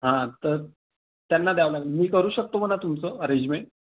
हां तर त्यांना द्यावं लागेन मी करू शकतो मणा तुमचं अरेंजमेंट